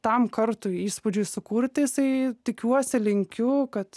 tam kartui įspūdžiui sukurt jisai tikiuosi linkiu kad